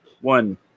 One